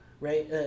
right